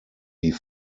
die